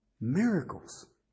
Miracles